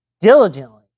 diligently